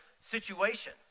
situation